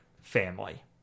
family